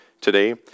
today